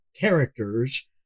characters